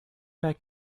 back